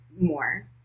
more